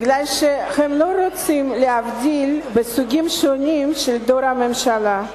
כי הם לא רוצים להבדיל בין סוגים שונים של דור השואה,